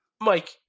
Mike